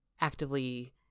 actively